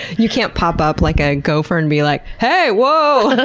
you can't pop up like a gopher and be like, hey, whoa!